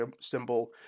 symbol